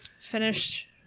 finish